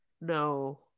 No